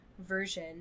version